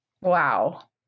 Wow